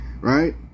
Right